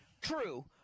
True